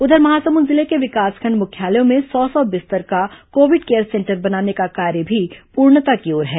उधर महासमुंद जिले के विकासखंड मुख्यालयों में सौ सौ बिस्तर का कोविड केयर सेंटर बनाने का कार्य भी पूर्णता की ओर है